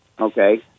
Okay